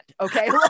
Okay